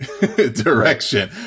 direction